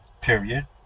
period